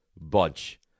bunch